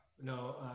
no